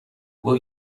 will